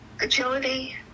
agility